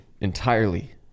entirely